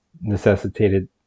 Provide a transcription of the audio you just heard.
necessitated